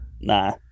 Nah